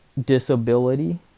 Disability